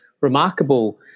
remarkable